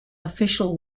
official